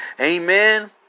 Amen